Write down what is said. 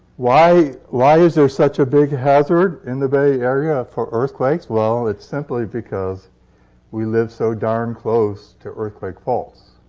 why why is there such a big hazard in the bay area for earthquakes? well, it's simply because we live so darn close to earthquake faults.